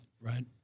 Right